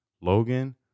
Logan